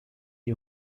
die